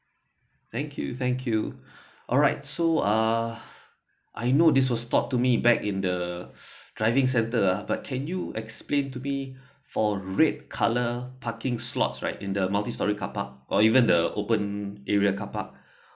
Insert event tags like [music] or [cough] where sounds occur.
thank you thank you [breath] alright so uh I know this was stop to me back in the [breath] driving centre uh but can you explain to me [breath] for red colour parking slots right in the multi storey carpark or even the open area carpark [breath]